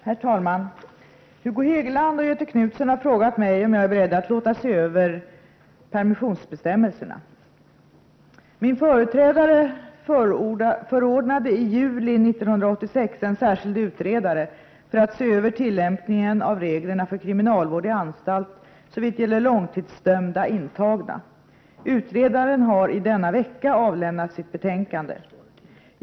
Herr talman! Hugo Hegeland och Göthe Knutson har frågat mig om jag är beredd att låta se över permissionsbestämmelserna. Min företrädare förordnade i juli 1986 en särskild utredare för att se över tillämpningen av reglerna för kriminalvård i anstalt såvitt gäller långtidsdömda intagna. Utredaren har i denna vecka avlämnat sitt betänkande.